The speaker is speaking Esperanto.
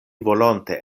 volonte